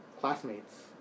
classmates